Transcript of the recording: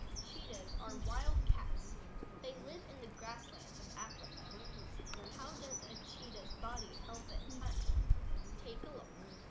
cheetahs are wild cats they live in the grasslands of africa how does a cheetahs body help it hunt take a look